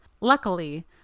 Luckily